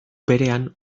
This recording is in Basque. berean